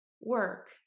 work